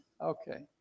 okay